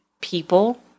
people